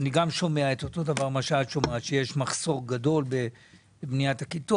אני גם שומע את מה שאת שומעת - שיש מחסור גדול בבניית הכיתות.